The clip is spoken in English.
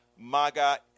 MAGA